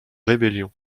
rébellion